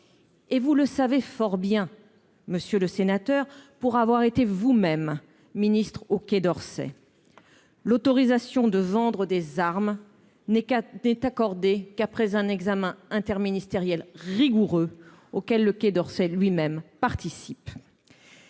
et vous le savez fort bien, monsieur le sénateur, pour avoir été vous-même ministre au Quai d'Orsay, l'autorisation de vendre des armes n'4 d'être accordée qu'après un examen interministériel rigoureux auquel le Quai d'Orsay lui-même participe